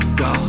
go